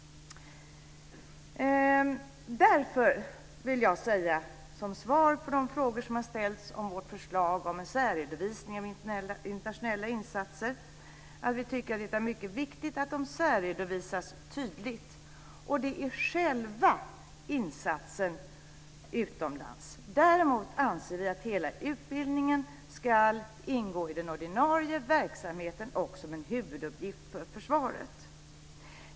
Därför vill jag som svar på de frågor som har ställts om vårt förslag om en särredovisning av internationella insatser säga att vi tycker att det är mycket viktigt att de särredovisas tydligt. Och det gäller själva insatsen utomlands. Däremot anser vi att hela utbildningen ska ingå i den ordinarie verksamheten och som en huvuduppgift för försvaret.